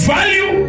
Value